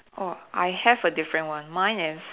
oh I have a different one mine is